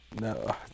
No